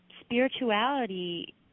spirituality